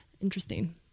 interesting